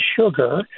sugar